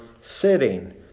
sitting